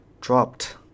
dropped